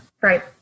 right